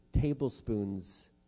tablespoons